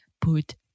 put